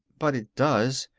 but it does.